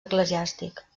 eclesiàstic